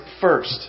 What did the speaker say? first